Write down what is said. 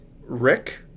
Rick